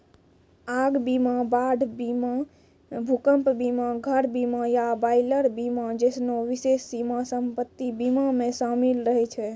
आग बीमा, बाढ़ बीमा, भूकंप बीमा, घर बीमा या बॉयलर बीमा जैसनो विशेष बीमा सम्पति बीमा मे शामिल रहै छै